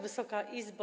Wysoka Izbo!